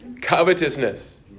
Covetousness